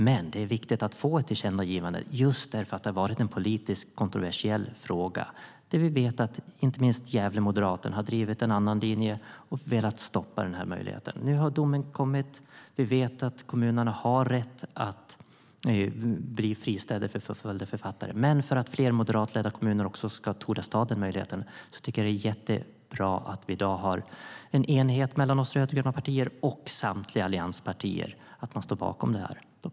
Men det är viktigt att få ett tillkännagivande, just därför att det har varit en politiskt kontroversiell fråga. Vi vet att inte minst Gävlemoderaterna har drivit en annan linje och velat stoppa den här möjligheten. Nu har domen kommit. Vi vet att kommunerna har rätt att bli fristäder för förföljda författare. Men för att fler moderatledda kommuner ska våga ta den möjligheten tycker jag att det är jättebra att vi i dag har en enighet mellan oss rödgröna partier och samtliga allianspartier, att vi står bakom tillkännagivandet.